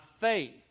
faith